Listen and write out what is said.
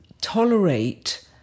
tolerate